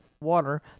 water